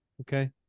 okay